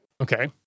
Okay